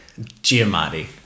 Giamatti